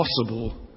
possible